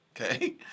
Okay